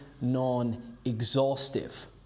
non-exhaustive